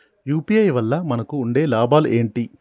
UPI వల్ల మనకు ఉండే లాభాలు ఏంటి?